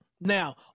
Now